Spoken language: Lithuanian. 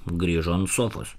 grįžo ant sofos